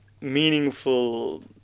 meaningful